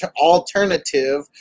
alternative